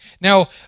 Now